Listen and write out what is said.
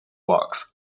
box